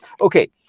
okay